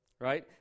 Right